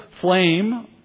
flame